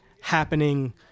happening